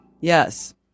Yes